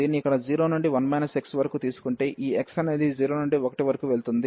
దీన్ని ఇక్కడ 0 నుండి 1 x వరకు తీసుకుంటే ఈ x అనేది 0 నుండి 1 వరకు వెళుతుంది